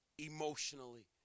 emotionally